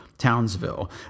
Townsville